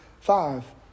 five